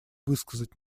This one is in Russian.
выразить